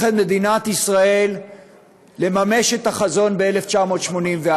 את מדינת ישראל לממש את החזון ב-"1984".